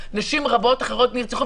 נשים רבות אחרות נרצחו,